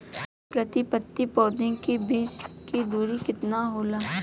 प्रति पंक्ति पौधे के बीच की दूरी केतना होला?